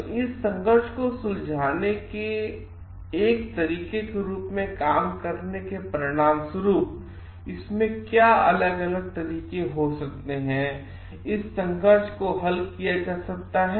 तो इस संघर्ष को सुलझाने के एक तरीके के रूप में करने के परिणामस्वरूप इसमें क्या तरीके हो सकते हैं इस संघर्ष को हल किया जा सकता है